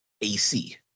AC